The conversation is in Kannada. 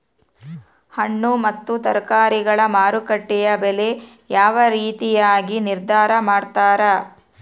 ಹಣ್ಣು ಮತ್ತು ತರಕಾರಿಗಳ ಮಾರುಕಟ್ಟೆಯ ಬೆಲೆ ಯಾವ ರೇತಿಯಾಗಿ ನಿರ್ಧಾರ ಮಾಡ್ತಿರಾ?